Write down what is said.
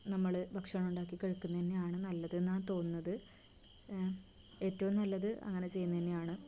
നമ്മള് ഭക്ഷണം ഉണ്ടാക്കി കഴിക്കുന്നത് തന്നെയാണ് നല്ലതെന്നാണ് തോന്നുന്നത് ഏറ്റവും നല്ലത് അങ്ങനെ ചെയ്യുന്നത് തന്നെയാണ്